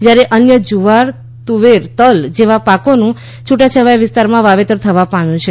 જયારે અન્ય જવાર તુવેર તલ જેવા પાકોનું છુટાછવાયા વિસ્તારમાં વાવેતર થવા પામ્યું છે